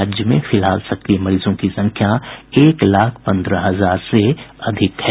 राज्य में फिलहाल सक्रिय मरीजों की संख्या एक लाख पन्द्रह हजार से अधिक है